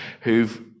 who've